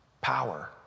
power